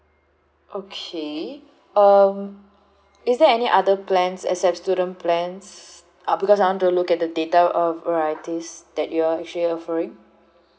okay um is there any other plans except student plans uh because I want to look at the data of varieties that you're actually offering